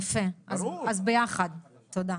יפה, אז ביחד, תודה.